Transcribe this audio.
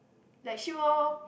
like she will